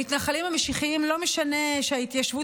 למתנחלים המשיחיים לא משנה שההתיישבות